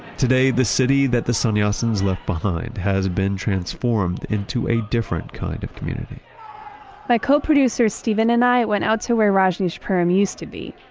today, the city that the sannyasins left behind has been transformed into a different kind of community my co-producer steven and i went out to where rajneeshpuram used to be.